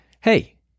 Hey